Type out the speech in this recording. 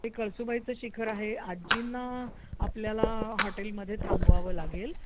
ते कळसुबाईचं शिखर आहे आजींना आपल्याला हॉटेलमध्ये थांबवावं लागेल